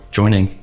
joining